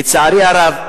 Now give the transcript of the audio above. לצערי הרב,